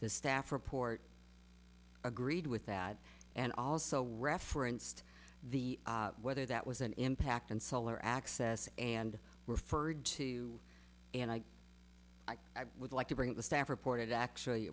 the staff report agreed with that and also referenced the weather that was an impact and solar access and referred to and i would like to bring the staff reported actually